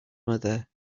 mother